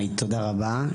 תודה רבה.